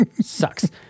Sucks